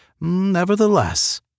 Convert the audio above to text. Nevertheless